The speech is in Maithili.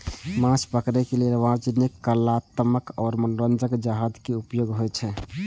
माछ पकड़ै लेल वाणिज्यिक, कलात्मक आ मनोरंजक जहाज के उपयोग होइ छै